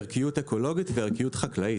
עם ערכיות אקולוגית ועם ערכיות חקלאית.